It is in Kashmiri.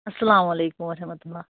اسلامُ علیکُم ورحمتُہ اللہ